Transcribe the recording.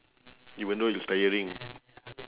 even though it's tiring